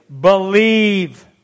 Believe